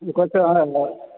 ओकर चाहे